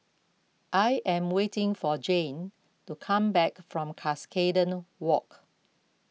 I am waiting for Jane to come back from Cuscaden Walk